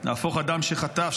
להפוך אדם שחטף,